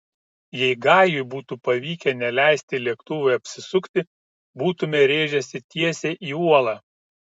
jei gajui būtų pavykę neleisti lėktuvui apsisukti būtumėme rėžęsi tiesiai į uolą